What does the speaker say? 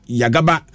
yagaba